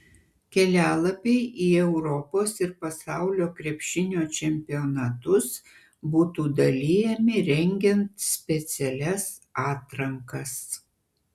kelialapiai į europos ir pasaulio krepšinio čempionatus būtų dalijami rengiant specialias atrankas